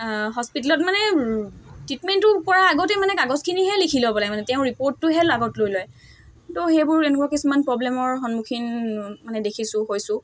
হস্পিটেলত মানে ট্ৰিটমেণ্টটো কৰা আগতেই মানে কাগজখিনিহে লিখি ল'ব লাগে মানে তেওঁ ৰিপৰ্টটোহে আগত লৈ লয় তো সেইবোৰ এনেকুৱা কিছুমান প্ৰব্লেমৰ সন্মুখীন মানে দেখিছোঁ হৈছোঁ